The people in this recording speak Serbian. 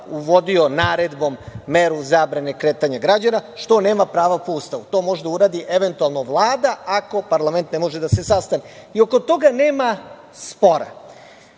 uvodio naredbom meru zabrane kretanja građana što nema pravo po Ustavu. To može da uradi eventualno Vlada ako parlament ne može da se sastavi. Oko toga nema spora. Mi